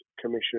Commission